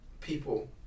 people